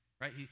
right